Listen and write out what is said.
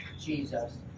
Jesus